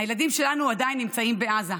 הילדים שלנו עדיין נמצאים בעזה.